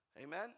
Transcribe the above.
Amen